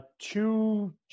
two